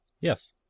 yes